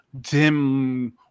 dim